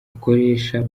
akoresha